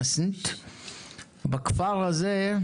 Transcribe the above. בכפר הזה,